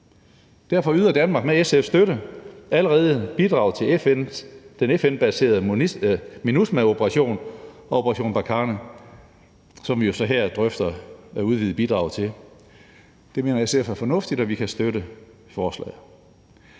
Derfor yder Danmark med SF's støtte allerede bidrag til den FN-baserede MINUSMA-operation og »Operation Barkhane«, som vi jo så her drøfter at udvide bidraget til. Det mener SF er fornuftigt, og vi kan støtte forslaget.